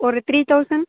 ஒரு three thousand